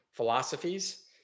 philosophies